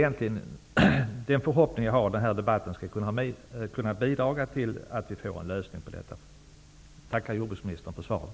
Jag har förhoppningen att den här debatten skall ha bidragit till att vi får till stånd en lösning av detta. Tack, herr jordbruksminister, för svaret!